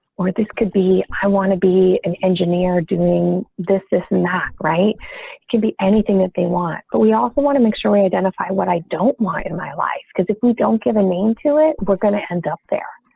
or this could be. i want to be an engineer doing this is not right. it can be anything that they want but we also want to make sure we identify what i don't want in my life because if we don't give a name to it. we're going to end up there.